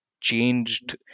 changed